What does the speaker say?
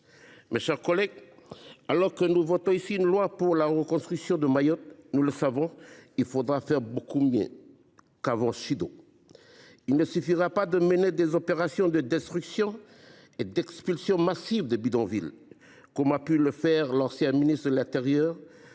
Mes chers collègues, alors que nous nous apprêtons à voter un projet de loi pour la reconstruction de Mayotte, nous le savons, il faudra faire beaucoup mieux qu’avant Chido. Il ne suffira pas de mener des opérations de destruction et d’expulsion massive des bidonvilles, comme a pu le faire l’ancien ministre de l’intérieur